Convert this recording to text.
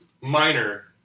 minor